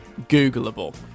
Googleable